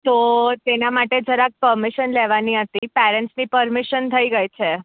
તો તેના માટે જરાક પરમીશન લેવાની હતી પેરેન્ટ્સની પરમીશન થઈ ગઈ છે